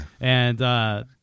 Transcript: and-